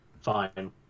fine